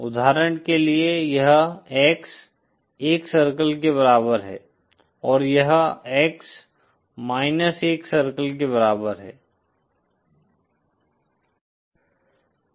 उदाहरण के लिए यह X 1 सर्कल के बराबर है और यह X 1 सर्कल के बराबर है